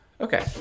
okay